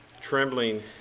trembling